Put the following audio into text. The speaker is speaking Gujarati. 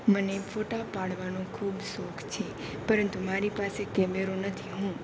મને ફોટા પાડવાનો ખૂબ શોખ છે પરંતુ મારી પાસે કેમેરો નથી હું